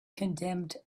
condemned